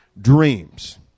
dreams